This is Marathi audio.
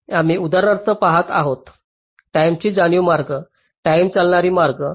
आम्ही उदाहरणार्थ पहात आहोत टाईमेची जाणीव मार्ग टाईम चालविणारी मार्ग